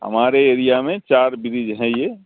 ہمارے ایریا میں چار بریج ہیں یہ